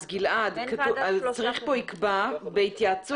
אז, גלעד, צריך פה יקבע בהתייעצות.